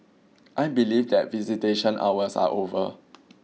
I believe that visitation hours are over